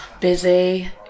busy